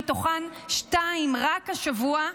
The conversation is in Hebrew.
מהן שתיים רק השבוע,